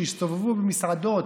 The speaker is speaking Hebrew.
שיסתובבו במסעדות,